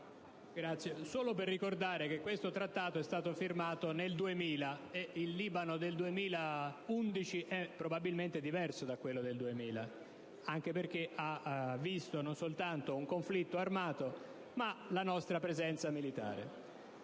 solo per ricordare che questo trattato è stato firmato nel 2000 e che il Libano del 2011 è probabilmente diverso da quello del 2000, anche perché ha visto non soltanto un conflitto armato, ma anche la nostra presenza militare.